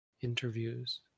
interviews